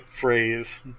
phrase